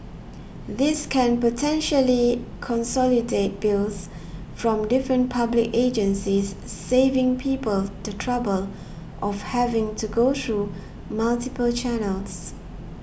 this can potentially consolidate bills from different public agencies saving people the trouble of having to go through multiple channels